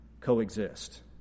coexist